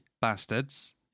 bastards